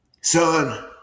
Son